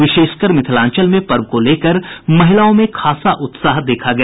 विशेषकर मिथिलांचल में पर्व को लेकर महिलाओं में खासा उत्साह देखा गया